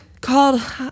called